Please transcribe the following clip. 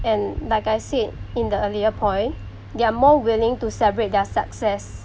and like I said in the earlier point they're more willing to celebrate their success